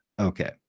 okay